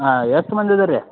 ಹಾಂ ಎಷ್ಟು ಮಂದಿ ಇದ್ದೀರ ರೀ